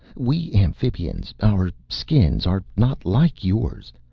we amphibians our skins are not like yours.